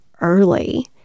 early